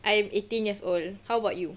I'm eighteen years old how about you